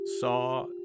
saw